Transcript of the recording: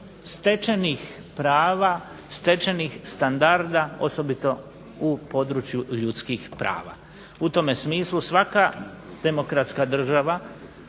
stečenih prava, stečenih standarda, osobito u području ljudskih prava. U tome smislu svaka demokratska država